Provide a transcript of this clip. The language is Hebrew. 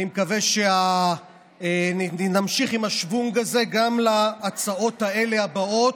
אני מקווה שנמשיך עם השוונג הזה גם להצעות האלה הבאות,